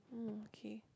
mm okay